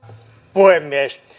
puhemies